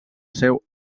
seu